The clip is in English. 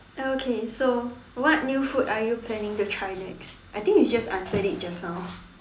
okay so what new food are you planning to try next I think you just answered it just now